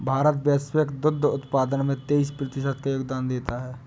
भारत वैश्विक दुग्ध उत्पादन में तेईस प्रतिशत का योगदान देता है